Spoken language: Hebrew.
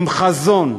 עם חזון.